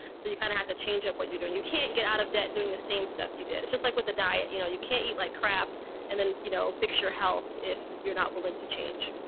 so you kind of have to change up what you're doing. you can't get out of debt doing the same stuff you did. it's just like with the diet, you know, you can't eat like crap and then, you know, fix your health if you're not willing to change.